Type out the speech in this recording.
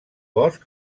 bosc